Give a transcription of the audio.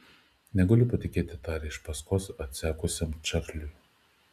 negaliu patikėti tarė iš paskos atsekusiam čarliui